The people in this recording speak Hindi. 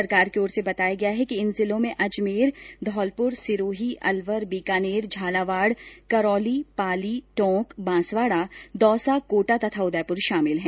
सरकार की ओर से बताया गया है कि इन जिलों में अजमेर धौलपुर सिरोही अलवर बीकानेर झालावाड करौली पाली टोंक बांसवाडा दौसा कोटा तथा उदयपुर शामिल हैं